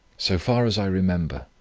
so far as i remember,